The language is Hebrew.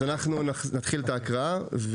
אנחנו נקריא את ההקראה.